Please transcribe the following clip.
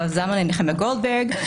הרב נחמיה גולדברג,